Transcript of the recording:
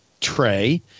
tray